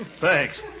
Thanks